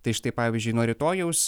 tai štai pavyzdžiui nuo rytojaus